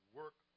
work